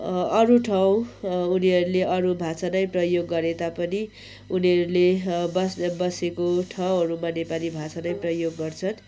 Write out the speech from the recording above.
अरू ठाउँ उनीहरूले अरू भाषा नै प्रयोग गरेता पनि उनीहरूले बास बसेको ठउँहरूमा नेपाली भाषा नै प्रयोग गर्छन्